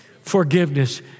forgiveness